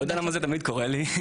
לא יודע למה זה תמיד קורה לי,